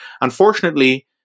Unfortunately